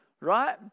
Right